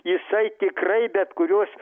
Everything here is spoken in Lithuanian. jisai tikrai bet kuriuos